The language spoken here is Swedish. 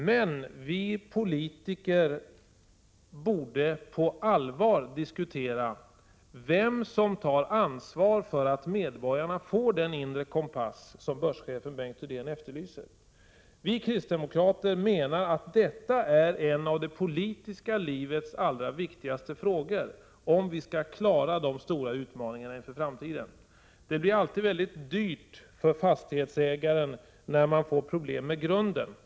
Men vi politiker borde på allvar diskutera vem som tar ansvar för att medborgarna får den inre kompass som börschefen Bengt Rydén efterlyser. Vi kristdemokrater menar att detta är en av det politiska livets viktigaste frågor om vi skall klara de stora utmaningarna inför framtiden. Det blir alltid väldigt dyrt för fastighetsägaren när man får problem med grunden.